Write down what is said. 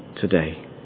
today